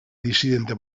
disidente